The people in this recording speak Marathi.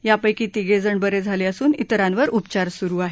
यापैकी तिघेजण बरे झाले असून इतरांवर उपचार सुरू आहेत